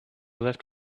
left